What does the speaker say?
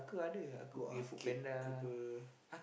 go arcade ke apa